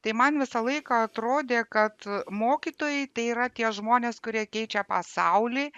tai man visą laiką atrodė kad mokytojai tai yra tie žmonės kurie keičia pasaulį